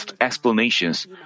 explanations